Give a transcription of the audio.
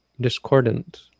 discordant